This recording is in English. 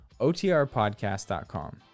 otrpodcast.com